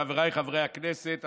חבריי חברי הכנסת,